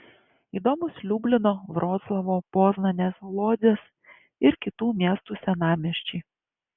įdomūs liublino vroclavo poznanės lodzės ir kitų miestų senamiesčiai